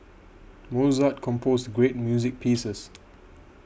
Mozart composed great music pieces